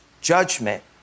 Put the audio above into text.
judgment